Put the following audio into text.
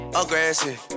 aggressive